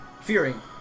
Fearing